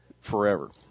forever